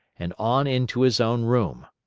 and on into his own room.